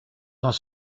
dans